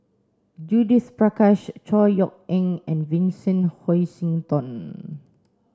Judith Prakash Chor Yeok Eng and Vincent Hoisington